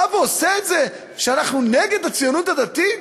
בא ואומר שאנחנו נגד הציונות הדתית?